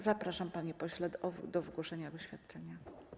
Zapraszam, panie pośle, do wygłoszenia oświadczenia.